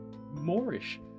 moorish